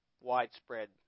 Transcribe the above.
widespread